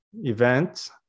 event